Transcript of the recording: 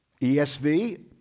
ESV